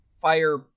fire